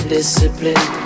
Discipline